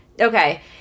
okay